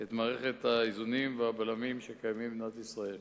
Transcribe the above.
את מערכת האיזונים והבלמים שקיימים במדינת ישראל.